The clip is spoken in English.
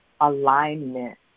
alignment